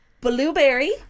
blueberry